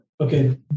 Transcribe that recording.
Okay